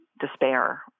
despair